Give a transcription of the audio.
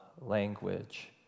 language